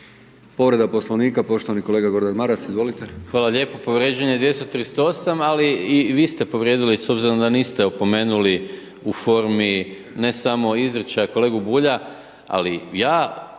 Povreda poslovnika poštovani kolega Gordan Maras. **Maras, Gordan (SDP)** Hvala lijepo. Povrijeđen je 238. ali i vi ste povrijedili s obzirom da niste opomenuli u formi ne samo izričaj kolegu Bulja, ali ja